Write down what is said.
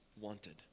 wanted